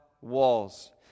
walls